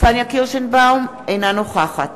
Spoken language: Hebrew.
פניה קירשנבאום, אינה נוכחת